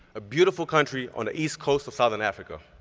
a beautiful country on the east coast of southern africa.